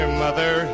mother